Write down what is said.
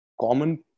common